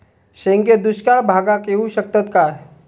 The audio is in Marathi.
शेंगे दुष्काळ भागाक येऊ शकतत काय?